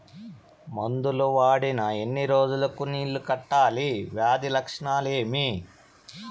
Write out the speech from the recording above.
మందులు వాడిన ఎన్ని రోజులు కు నీళ్ళు కట్టాలి, వ్యాధి లక్షణాలు ఏమి?